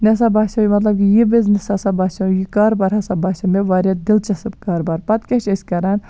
مےٚ سا باسے مطلب یہِ بِزنٮ۪س ہسا باسیٚو یہِ کاروبار ہسا باسیٚو مےٚ واریاہ دِلچَسپ کاروبار پَتہٕ کیاہ چھِ أسۍ کران